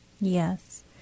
Yes